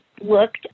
looked